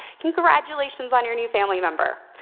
congratulations on your new family member!